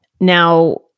Now